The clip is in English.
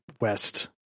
West